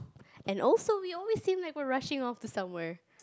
and also we always seem like we're rushing off to somewhere